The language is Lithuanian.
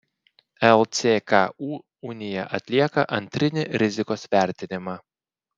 lcku unija atlieka antrinį rizikos vertinimą